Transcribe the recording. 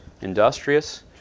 Industrious